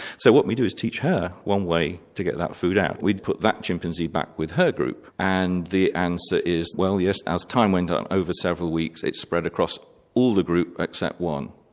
so what we do is teach her one way to get that food out. we'd put that chimpanzee back with her group and the answer is well yes, as time went and over several weeks it spread across all the group except one.